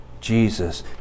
Jesus